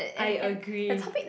I agree